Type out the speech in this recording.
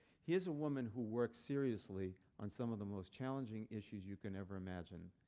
here's a woman who works seriously on some of the most challenging issues you can ever imagine,